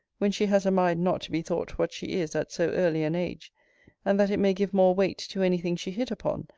when she has a mind not to be thought what she is at so early an age and that it may give more weight to any thing she hit upon,